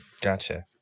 Gotcha